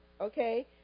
okay